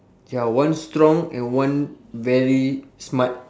ya one strong and one very smart